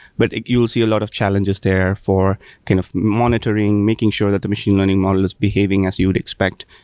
but you'll see a lot of challenges there for kind of monitoring, making sure that the machine learning model is behaving as you'd expect.